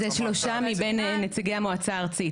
זה שלושה מבין נציגי המועצה הארצית,